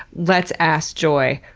let's ask joy,